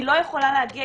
היא לא יכולה להגיע,